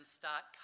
start